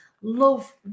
love